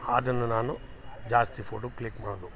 ಆದನ್ನ ನಾನು ಜಾಸ್ತಿ photo click ಮಾಡಬೇಕು